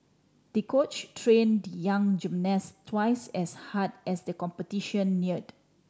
the coach train the young gymnast twice as hard as the competition neared